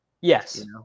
Yes